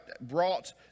brought